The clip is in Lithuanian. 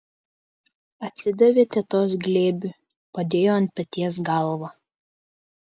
atsidavė tetos glėbiui padėjo ant peties galvą